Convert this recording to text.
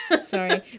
Sorry